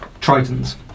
Tritons